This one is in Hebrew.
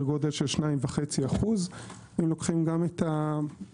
גודל של 2.5%. אם לוקחים גם את הייצוא,